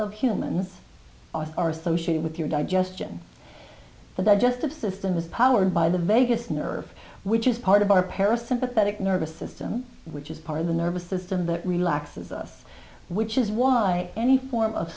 of humans are associated with your digestion the justice system is powered by the vegas nerve which is part of our parasympathetic nervous system which is part of the nervous system that relaxers us which is why any form of